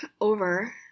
over